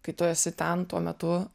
kai tu esi ten tuo metu